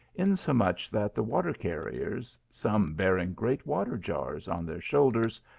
insomuch that the water-carriers, some bearing great water jars on their shoulders,